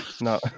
No